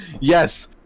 Yes